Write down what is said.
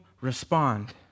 respond